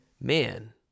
man